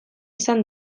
izan